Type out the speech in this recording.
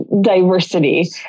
diversity